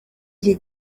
iki